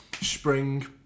Spring